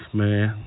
man